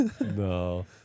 no